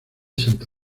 santa